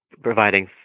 providing